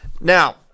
Now